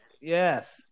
yes